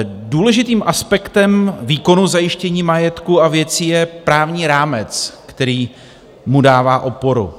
Důležitým aspektem výkonu zajištění majetku a věcí je právní rámec, který mu dává oporu.